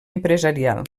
empresarial